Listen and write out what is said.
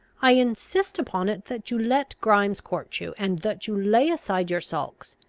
i insist upon it that you let grimes court you, and that you lay aside your sulks,